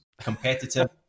competitive